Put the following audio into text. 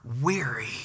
weary